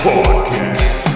Podcast